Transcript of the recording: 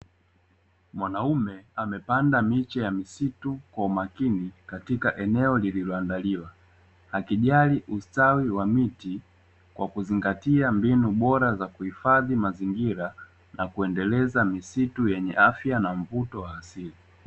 Mwanaume anapanda miche ya misitu kw umakini katika eneo lililoandaliwa, akijali ustawi wa miti kwa kuzingatia mbinu bora za kuhifadhi mazingira, na kuendeleza misitu yenye afya na mvuto wa asili.